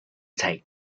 take